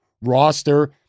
roster